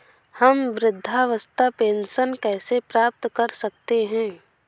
हम वृद्धावस्था पेंशन कैसे प्राप्त कर सकते हैं?